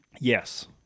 Yes